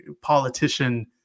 politician